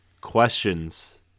questions